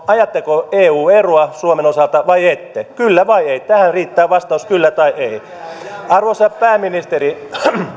ajatteko eu eroa suomen osalta vai ette kyllä vai ei tähän riittää vastaus kyllä tai ei arvoisa pääministeri